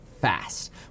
Fast